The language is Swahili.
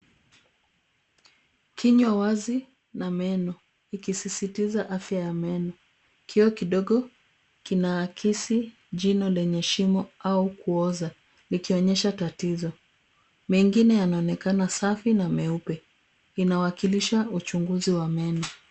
Kinywa wazi na meno ikisisitiza afya ya meno. Kioo kidogo kinaakisi jino lenye shimo au kuoza, likionyesha tatizo. Mengine yanaonekana safi na meupe. Inawakilisha uchunguzi wa meno.